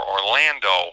Orlando